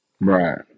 Right